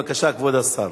בבקשה, כבוד השר.